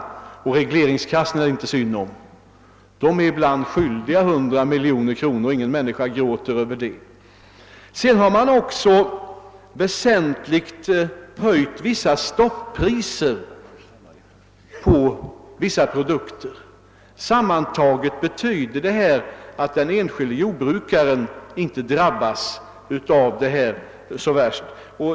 Och regleringskassorna är det inte synd om. Sedan har man väsentligt höjt vissa stoppriser på en del produkter. Sammanlagt betyder detta att den enskilde jordbrukaren inte drabbas så mycket.